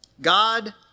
God